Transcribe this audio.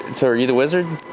and so are you the wizard?